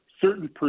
certain